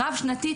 רב שנתית,